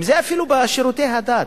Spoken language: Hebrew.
אם זה אפילו בשירותי הדת,